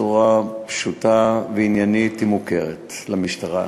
בצורה פשוטה ועניינית, מוכרת למשטרה.